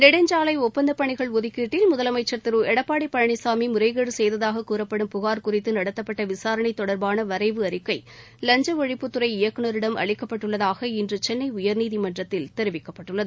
நெடுஞ்சாலை ஒப்பந்தப்பணிகள் ஒதுக்கீட்டில் முதலமைச்சர் திரு எடப்பாடி பழனிசாமி முறைகேடு செய்ததாக கூறப்படும் புகார் குறித்து நடத்தப்பட்ட விசாரணை தொடர்பான வரைவு அறிக்கை லஞ்ச ஒழிப்புத்துறை இயக்குனரிடம் அளிக்கப்பட்டுள்ளதாக இன்று சென்னை உயர்நீதிமன்றத்தில் தெரிவிக்கப்பட்டுள்ளது